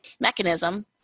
mechanism